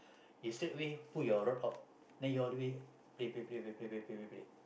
you straightaway put your rod out then you all the way play play play play play play play play play